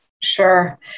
Sure